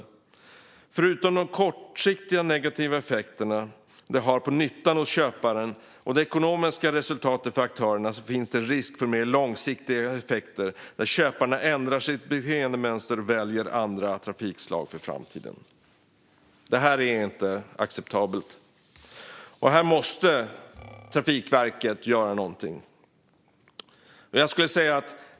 Vidare står det att det, förutom de kortsiktiga negativa effekter detta får på nyttan liksom på köparen och aktörernas ekonomiska resultat, finns en risk för mer långsiktiga effekter där köparna ändrar sitt beteendemönster och väljer andra trafikslag i framtiden. Detta är inte acceptabelt, och här måste Trafikverket göra något.